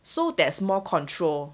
so there's more control